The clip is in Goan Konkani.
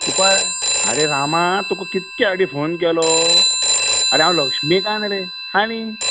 आरे रेमा तुका कितके फावटी फोन केलो आरे हांव लक्ष्मीकांत रे आनी